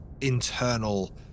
internal